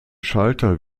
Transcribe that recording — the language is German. schalter